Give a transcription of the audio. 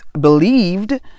believed